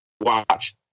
Watch